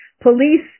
police